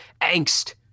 angst